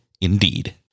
indeed